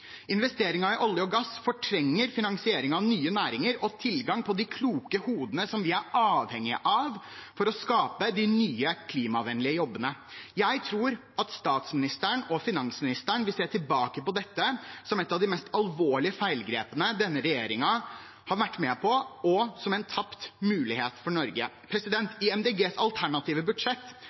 i olje og gass fortrenger finansieringen av nye næringer og tilgangen på de kloke hodene vi er avhengige av for å skape de nye klimavennlige jobbene. Jeg tror statsministeren og finansministeren vil se tilbake på dette som et av de mest alvorlige feilgrepene denne regjeringen har vært med på, og som en tapt mulighet for Norge. I Miljøpartiet De Grønnes alternative budsjett